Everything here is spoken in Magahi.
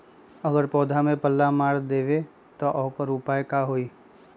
अगर पौधा में पल्ला मार देबे त औकर उपाय का होई?